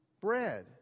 bread